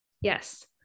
yes